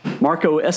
Marco